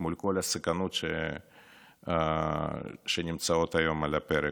מול כל הסכנות שנמצאות היום על הפרק?